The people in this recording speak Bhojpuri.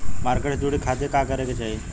मार्केट से जुड़े खाती का करे के चाही?